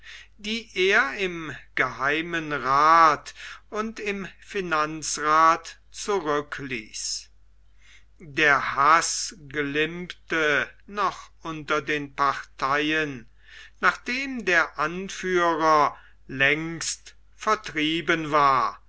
die er im geheimen rath und im finanzrath zurückließ der haß glimmte noch unter den parteien nachdem der anführer längst vertrieben war